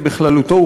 בכללותו,